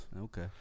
Okay